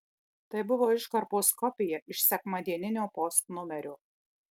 tai buvo iškarpos kopija iš sekmadieninio post numerio